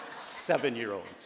seven-year-olds